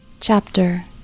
Chapter